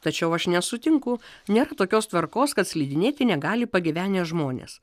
tačiau aš nesutinku nėra tokios tvarkos kad slidinėti negali pagyvenę žmonės